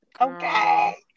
Okay